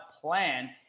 plan